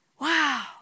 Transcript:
wow